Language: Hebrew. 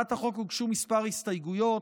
להצעת החוק הוגשו כמה הסתייגויות.